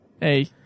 Hey